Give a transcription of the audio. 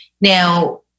Now